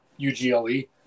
UGLE